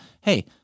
hey